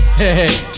hey